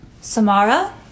Samara